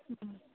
ಹ್ಞೂ